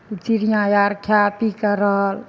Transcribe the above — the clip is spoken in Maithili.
चिड़ियाँ आर खए पीके रहल